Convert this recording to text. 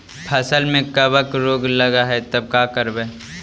फसल में कबक रोग लगल है तब का करबै